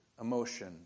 emotion